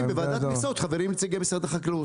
בוועדת המכסות חברים נציגי משרד החקלאות.